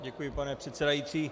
Děkuji, pane předsedající.